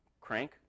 crank